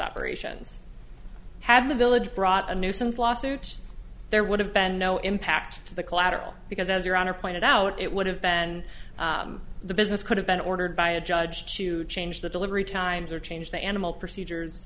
operations had the village brought a nuisance lawsuits there would have been no impact to the collateral because as your honor pointed out it would have been the business could have been ordered by a judge to change the delivery times or change the animal procedures